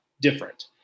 different